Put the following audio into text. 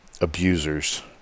abusers